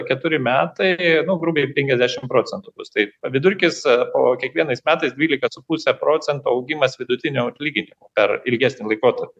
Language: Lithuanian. keturi metai nu grubiai penkiasdešimt procentų bus taip o vidurkis po kiekvienais metais dvylika su puse procento augimas vidutinio atlyginimo per ilgesnį laikotarpį